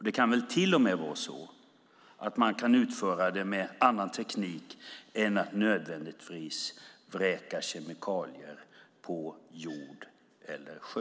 Det kan till och med vara så att man kan utföra dem med annan teknik än att nödvändigtvis vräka kemikalier på jord eller sjö.